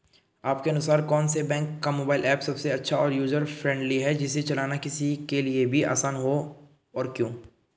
आपके अनुसार कौन से बैंक का मोबाइल ऐप सबसे अच्छा और यूजर फ्रेंडली है जिसे चलाना किसी के लिए भी आसान हो और क्यों?